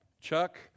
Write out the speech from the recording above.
Chuck